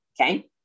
okay